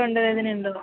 തൊണ്ട വേദനയുണ്ടോ